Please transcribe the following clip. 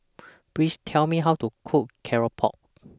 Please Tell Me How to Cook Keropok